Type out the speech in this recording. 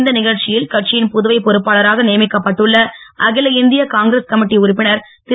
இந்த நிகழ்ச்சியில் கட்சியின் புதுவை பொறுப்பாளராக நியமிக்கப்பட்டுள்ள அகில இந்திய காங்கிரஸ் கமிட்டி உறுப்பினர் திரு